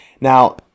Now